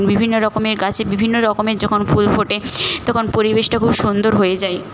বিভিন্ন রকমের গাছে বিভিন্ন রকমের যখন ফুল ফোটে তখন পরিবেশটা খুব সুন্দর হয়ে যায়